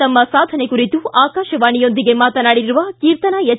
ತಮ್ಮ ಸಾಧನೆ ಕುರಿತು ಆಕಾಶವಾಣಿಯೊಂದಿಗೆ ಮಾತನಾಡಿದ ಕೀರ್ತನಾ ಎಚ್